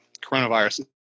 coronavirus